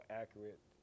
accurate